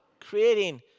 creating